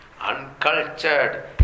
uncultured